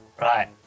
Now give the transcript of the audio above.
Right